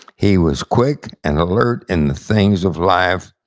he was quick and alert in the things of life,